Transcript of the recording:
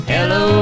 Hello